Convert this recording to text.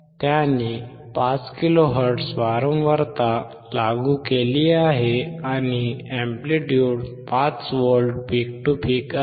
त्याने 5 किलोहर्ट्झ वारंवारता लागू केली आहे आणि amplitude 5 V peak to peak आहे